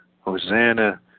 Hosanna